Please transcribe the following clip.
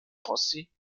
rossi